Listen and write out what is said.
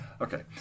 Okay